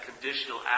conditional